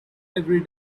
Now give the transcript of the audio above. every